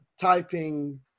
typing